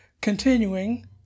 continuing